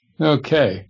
okay